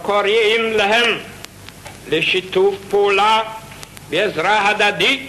וקוראים להם לשיתוף פעולה ועזרה הדדית